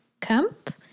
camp